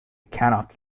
cannot